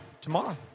tomorrow